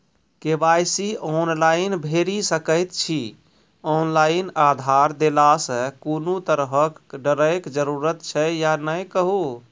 KYC online भैरि सकैत छी, ऑनलाइन आधार देलासॅ कुनू तरहक डरैक जरूरत छै या नै कहू?